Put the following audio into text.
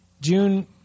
June